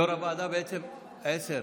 יו"ר הוועדה בעצם עשר?